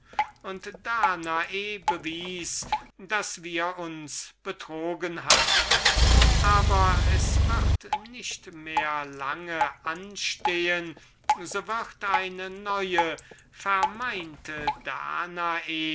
und danae bewies daß wir uns betrogen hatten es wird nicht mehr lange anstehen so wird eine neue vermeinte danae